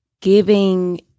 giving